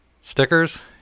Stickers